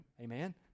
amen